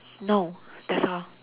no that's all